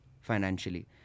financially